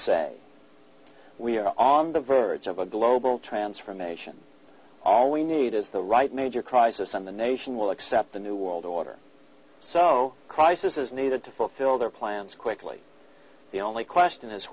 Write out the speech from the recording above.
say we are on the verge of a global transformation all we need is the right major crisis in the nation will accept the new world order so crisis is needed to fulfill their plans quickly the only question is